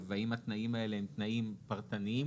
והאם התנאים האלה הם תנאים פרטניים,